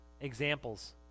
Examples